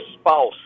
spouse